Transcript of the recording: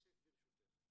אוסיף ברשותך,